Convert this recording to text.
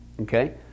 Okay